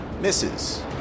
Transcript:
Misses